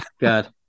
god